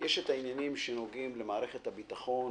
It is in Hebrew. יש עניינים שנוגעים למערכת הביטחון.